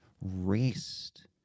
rest